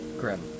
Grim